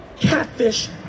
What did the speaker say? catfish